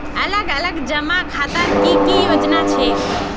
अलग अलग जमा खातार की की योजना छे?